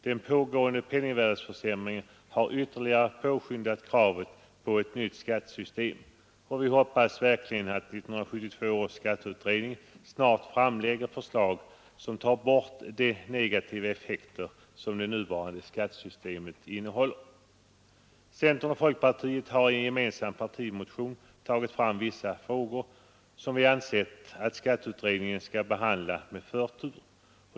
Den pågående penningvärdeförsämringen har ytterligare påskyndat kravet på ett nytt skattesystem och vi hoppas verkligen att 1972 års skatteutredning snart framlägger förslag som tar bort de negativa effekter det nuvarande skattesystemet innehåller. Centern och folkpartiet har i en gemensam partimotion tagit fram vissa frågor som vi ansett att skatteutredningen skall behandla med förtur.